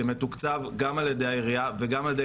שמתוקצב גם על ידי העירייה וגם על ידי